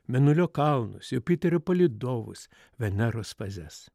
mėnulio kalnus jupiterio palydovus veneros fazes